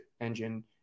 engine